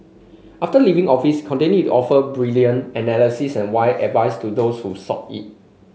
after leaving office continued to offer brilliant analysis and wise advice to those who sought it